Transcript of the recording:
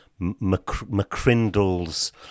McCrindle's